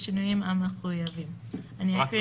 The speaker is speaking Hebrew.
בשינויים המחויבים."; יש